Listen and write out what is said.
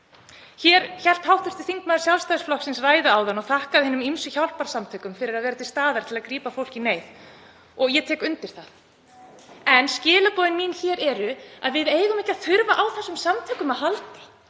Hér hélt hv. þingmaður Sjálfstæðisflokksins ræðu áðan og þakkaði hinum ýmsu hjálparsamtökum fyrir að vera til staðar til að grípa fólk í neyð. Ég tek undir það. En skilaboðin mín hér eru að við eigum ekki að þurfa á þessum samtökum að halda,